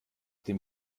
dem